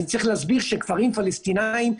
אני צריך להסביר שכפרים פלסטינאים,